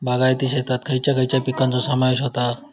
बागायती शेतात खयच्या खयच्या पिकांचो समावेश होता?